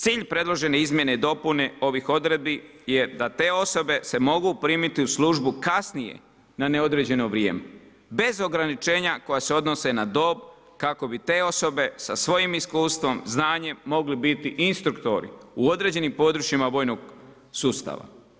Cilj predložene izmjene i dopune ovih odredbi, je da te osobe se mogu primiti u službu kasnije, na neodređeno vrijeme, bez ograničenja koja se odnose na dob, kako bi te osobe sa svojim iskustvima, znanjem, mogli biti instruktori u određenim područjima vojnog sustava.